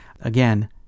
again